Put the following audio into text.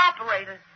operator